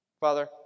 Father